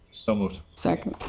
so moved. second?